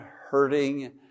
hurting